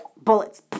Bullets